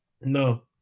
No